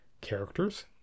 characters